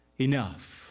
enough